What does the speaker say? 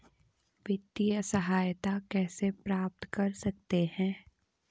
वित्तिय सहायता कैसे प्राप्त कर सकते हैं?